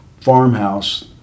farmhouse